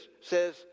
says